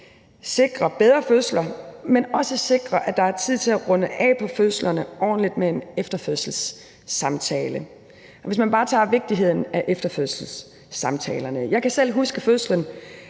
sikre bedre fødsler, men også sikre, at der er tid til at runde ordentligt af på fødslerne med en efterfødselssamtale. Lad os bare tage vigtigheden af efterfødselssamtalerne. Jeg kan selv huske fødslen